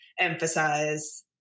emphasize